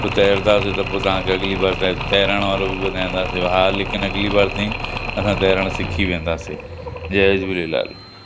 पोइ तरंदासीं त पोइ तव्हांखे अगली बार तै तरण वारो बि ॿुधाइंदासीं हा लेकिनि अगली बार ताईं असां तरण सिखी वेंदासीं जय झूलेलाल